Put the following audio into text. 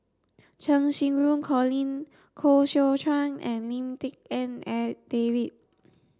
Cheng Xinru Colin Koh Seow Chuan and Lim Tik En David